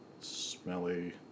smelly